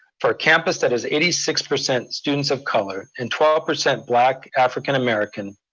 for a campus that is eighty six percent students of color, and twelve percent black, african american,